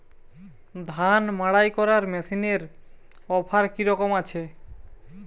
ধান মাড়াই করার মেশিনের অফার কী রকম আছে?